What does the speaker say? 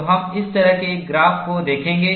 तो हम इस तरह के एक ग्राफ को देखेंगे